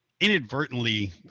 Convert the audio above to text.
inadvertently